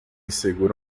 segura